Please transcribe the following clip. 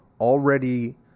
already